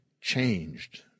changed